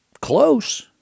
close